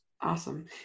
Awesome